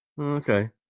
Okay